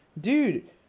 Dude